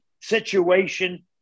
situation